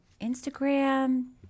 Instagram